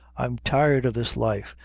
i'm tired of this life,